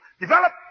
develop